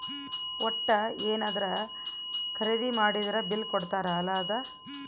ವಟ್ಟ ಯೆನದ್ರ ಖರೀದಿ ಮಾಡಿದ್ರ ಬಿಲ್ ಕೋಡ್ತಾರ ಅಲ ಅದ